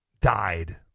died